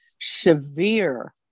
severe